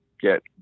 get